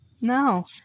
no